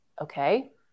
okay